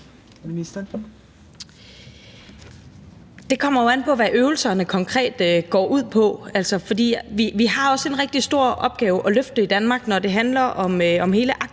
Det kommer jo an på, hvad øvelserne konkret går ud på. For vi har også en rigtig stor opgave at løfte i Danmark, når det handler om hele